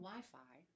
Wi-Fi